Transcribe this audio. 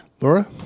Laura